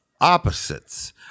Opposites